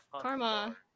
karma